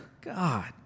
God